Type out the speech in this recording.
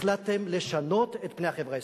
החלטתם לשנות את פני החברה הישראלית.